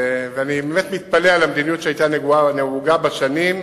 ואני מתפלא על המדיניות שהיתה נהוגה בשנים האחרונות,